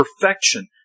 perfection